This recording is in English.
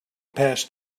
past